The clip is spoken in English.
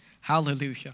Hallelujah